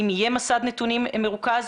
אם יהיה מסד נתונים מרוכז,